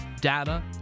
data